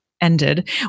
ended